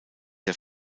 der